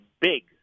big